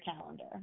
calendar